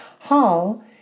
Hall